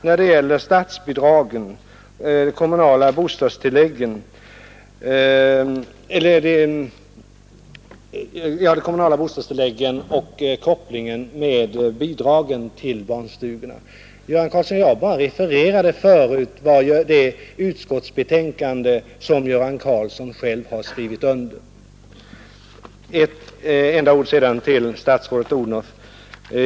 När det gäller de kommunala bostadstilläggen och kopplingen med bidragen till barnstugorna refererade jag bara vad som sägs i det utskottsbetänkande som Göran Karlsson själv skrivit under. Slutligen bara några ord till statsrådet Odhnoff.